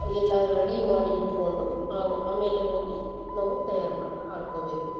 ಎಲ್ಲ ರೆಡಿ ಮಾಡಿ ಇಟ್ಕೊಂಡು ಆವ್ ಆಮೇಲೆ ಹೋಗಿ ನಾವು ತಯಾರಿ ಮಾಡ್ಕೊಬೇಕು